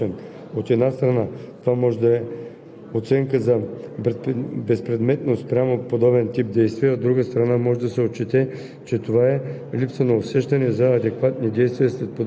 69% не са подавали и не мислят да подадат сигнал срещу нарушение, на което са станали свидетели. Изводът, който може де се направи, е двупосочен – от една страна, това може да е